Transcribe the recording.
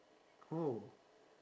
oh